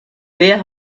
wer